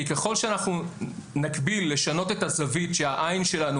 ככול שאנחנו נקביל לשנות את הזווית שהעין שלנו